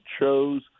chose